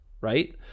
right